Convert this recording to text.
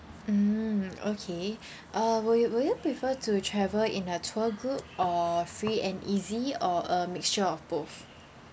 mm okay uh will you will you prefer to travel in a tour group or free and easy or a mixture of both